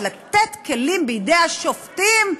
אבל לתת כלים בידי השופטים,